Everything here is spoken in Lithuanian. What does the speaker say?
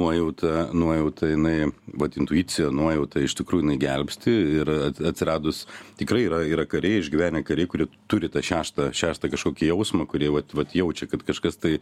nuojauta nuojauta jinai vat intuicija nuojauta iš tikrųjų gelbsti ir atsiradus tikrai yra yra kariai išgyvenę kariai kurie turi tą šeštą šeštą kažkokį jausmą kurie vat vat jaučia kad kažkas tai